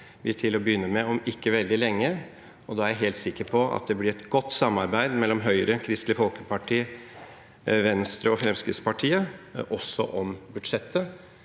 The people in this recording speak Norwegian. vi til å begynne med om ikke veldig lenge, og jeg er helt sikker på at det blir et godt samarbeid mellom Høyre, Kristelig Folkeparti, Venstre og Fremskrittspartiet også om budsjettet.